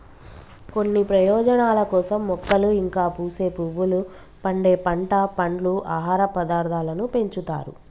కొన్ని ప్రయోజనాల కోసం మొక్కలు ఇంకా పూసే పువ్వులు, పండే పంట, పండ్లు, ఆహార పదార్థాలను పెంచుతారు